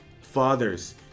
Fathers